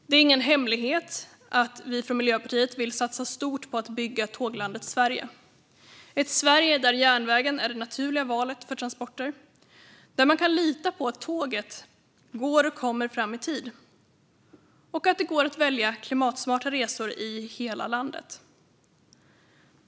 Det är ingen hemlighet att Miljöpartiet vill satsa stort på att bygga Tåglandet Sverige - ett Sverige där järnvägen är det naturliga valet för transporter, där man kan lita på att tåget går och kommer fram i tid och att det går att välja klimatsmarta resor i hela landet.